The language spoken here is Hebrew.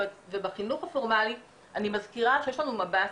ובחינוך הפורמלי אני מזכירה שיש לנו מב"סים,